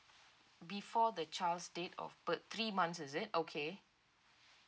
before the child's date of birth three months is it okay